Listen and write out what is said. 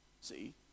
See